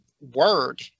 word